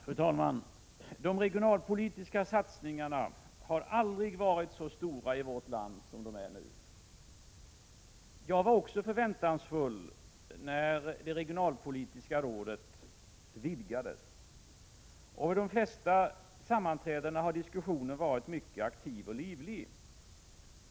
Fru talman! De regionalpolitiska satsningarna har aldrig varit så stora i vårt land som de är nu. Jag var också förväntansfull när det regionalpolitiska rådets sammansättning vidgades. Under de flesta sammanträdena har diskussionen varit mycket aktiv och livlig.